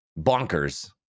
bonkers